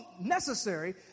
necessary